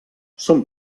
són